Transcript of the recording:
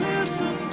Listen